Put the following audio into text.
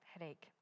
headache